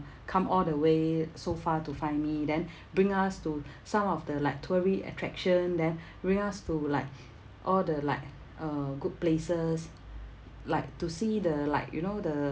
come all the way so far to find me then bring us to some of the like tourist attraction then bring us to like all the like uh good places like to see the like you know the